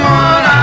one